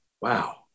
wow